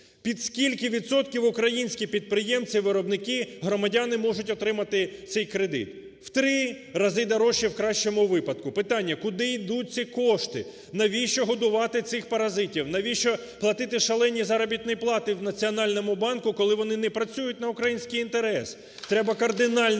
Під скільки відсотків українські підприємці, виробники, громадяни можуть отримати цей кредит? В три рази дорожче, в кращому випадку. Питання: куди йдуть ці кошти? Навіщо годувати цих паразитів, навіщо платити шалені заробітні плати в Національному банку, коли вони не працюють на український інтерес? Треба кардинально міняти